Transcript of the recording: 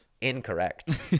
incorrect